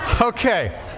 okay